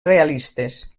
realistes